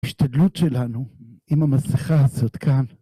השתדלות שלנו עם המסכה הזאת כאן